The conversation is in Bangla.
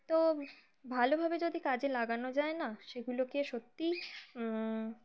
তো ভালোভাবে যদি কাজে লাগানো যায় না সেগুলোকে সত্যিই